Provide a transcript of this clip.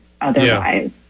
otherwise